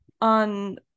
on